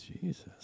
Jesus